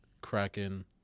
kraken